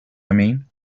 mean